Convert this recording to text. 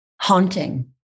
haunting